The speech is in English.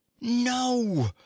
no